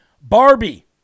Barbie